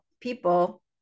people